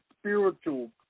spiritual